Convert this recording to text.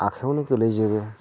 आखायावनो गोग्लैजोबो